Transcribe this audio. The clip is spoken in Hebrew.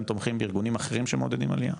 תומכים בארגונים אחרים שמעודדים עלייה?